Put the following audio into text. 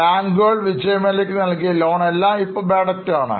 ബാങ്കുകൾ Mallya ക്ക് നൽകിയ ലോൺ എല്ലാം ഇപ്പോൾ Bad debts ആണ്